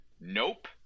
Nope